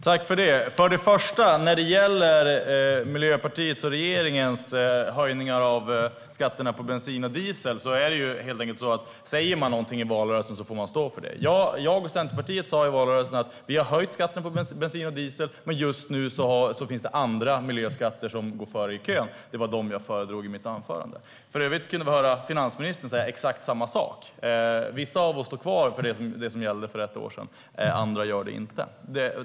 Herr talman! När det gäller Miljöpartiets och regeringens höjningar av skatterna på bensin och diesel är det helt enkelt så att om man säger någonting i valrörelsen får man stå för det. Jag och Centerpartiet sa i valrörelsen: Vi har höjt skatten på bensin och diesel, men just nu finns det andra miljöskatter som står före i kön. Det var dessa jag föredrog i mitt anförande. För övrigt kunde vi höra finansministern säga exakt samma sak. Vissa av oss står fast vid det som gällde för ett år sedan, andra gör det inte.